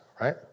right